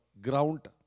ground